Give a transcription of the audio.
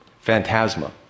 Phantasma